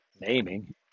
naming